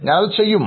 ഞാൻ അത് ചെയ്യും